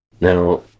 Now